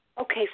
Okay